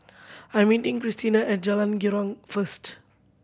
I'm meeting Krystina at Jalan Girang first